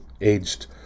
aged